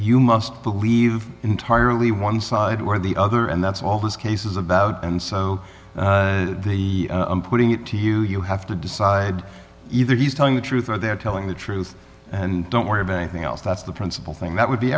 you must believe entirely one side or the other and that's all this case is about and so the putting it to you you have to decide either he's telling the truth or they're telling the truth and don't worry about anything else that's the principle thing that would be